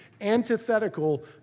antithetical